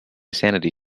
sanity